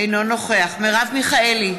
אינו נוכח מרב מיכאלי,